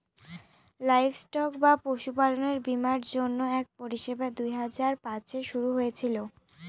livestock বা পশুপালনের বীমার জন্য এক পরিষেবা দুই হাজার পাঁচে শুরু হয়েছিল